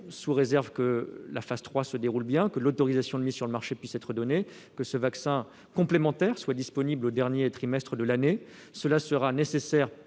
sous réserve que la phase III se déroule bien, que l'autorisation de mise sur le marché puisse être donnée et que ce vaccin complémentaire soit disponible au dernier trimestre de cette année. Cela sera nécessaire